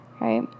Right